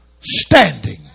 standing